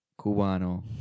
Cubano